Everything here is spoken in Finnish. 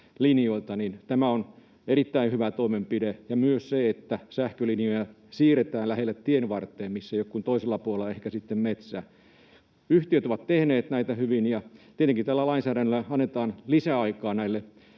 Tämä on erittäin hyvä toimenpide ja myös se, että sähkölinjoja siirretään lähelle tienvartta, missä ei ole kuin ehkä toisella puolella metsää. Sähköyhtiöt ovat tehneet näitä hyvin, ja tietenkin tällä lainsäädännöllä annetaan lisäaikaa näille